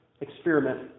experiment